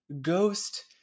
ghost